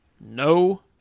No